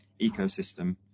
ecosystem